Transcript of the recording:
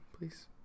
Please